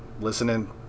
listening